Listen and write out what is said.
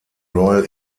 royal